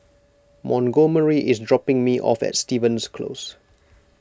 Montgomery is dropping me off at Stevens Close